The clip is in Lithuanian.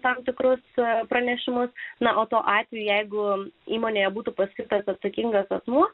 tam tikruose pranešimuose na o tuo atveju jeigu įmonė būtų paskirtas atsakingas asmuo